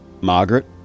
Margaret